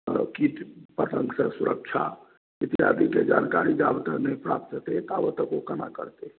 कीट पतङ्गसँ सुरक्षा इत्यादिके जानकारी जाबे तक नहि प्राप्त हेतै ताबे तक ओ केना करतै